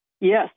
Yes